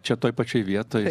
čia toj pačioj vietoj